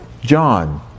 John